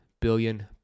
billion